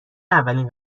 اولین